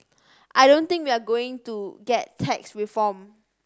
I don't think we're going to get tax reform